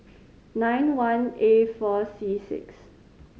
nine one A four C six